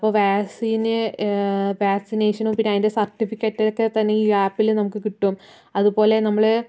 ഇപ്പോൾ vaccine vaccination പിന്നെ അതിന്റെ സർട്ടിഫിക്കറ്റ് ഒക്കെ തന്നെ ഈ ആപ്പിൽ നമുക്ക് കിട്ടും അതുപോലെ നമ്മള്